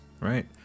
right